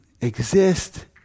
exist